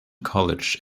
college